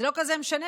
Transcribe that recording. זה לא כזה משנה,